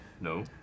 No